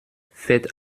fett